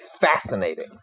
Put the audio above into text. fascinating